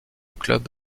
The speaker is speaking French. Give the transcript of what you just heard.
club